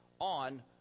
on